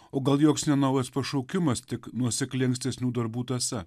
o gal joks naujas pašaukimas tik nuosekli ankstesnių darbų tąsa